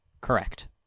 Correct